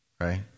right